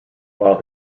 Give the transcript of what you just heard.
while